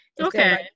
Okay